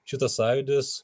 šitas sąjūdis